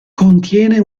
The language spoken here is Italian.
contiene